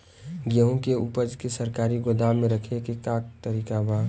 गेहूँ के ऊपज के सरकारी गोदाम मे रखे के का तरीका बा?